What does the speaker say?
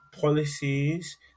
policies